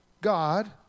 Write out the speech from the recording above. God